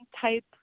type